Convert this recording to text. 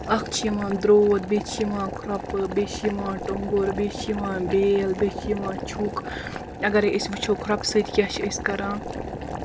اکھ چھُ یِوان درٛۅت بیٚیہِ چھُ یِوان کھرٛۅپہٕ بیٚیہِ چھُ یِوان ٹۅنٛگُر بیٚیہِ چھُ یِوان بیٛل بیٚیہِ چھُ یِوان چھُک اَگر ہے أسۍ وُچھو کھرٛۅپہٕ سۭتۍ کیٛاہ چھُ أسۍ کران